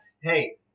Hey